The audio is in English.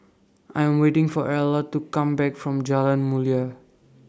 I Am waiting For Erla to Come Back from Jalan Mulia